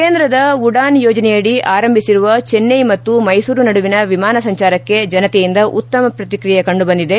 ಕೇಂದ್ರದ ಉಡಾನ್ ಯೋಜನೆಯಡಿ ಆರಂಭಿಸಿರುವ ಚೆನ್ನೈ ಮತ್ತು ಮೈಸೂರು ನಡುವಿನ ವಿಮಾನ ಸಂಚಾರಕ್ಕೆ ಜನತೆಯಿಂದ ಉತ್ತಮ ಪ್ರತಿಕ್ರಿಯೆ ಕಂಡುಬಂದಿದೆ